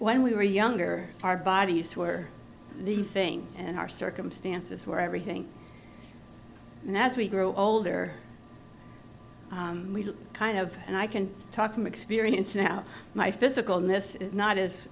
when we were younger our bodies were the thing and our circumstances where everything and as we grow older we kind of and i can talk from experience now my physical illness is not as